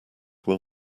will